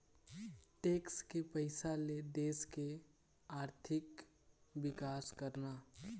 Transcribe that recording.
tax के पइसा ले देश के आरथिक बिकास करना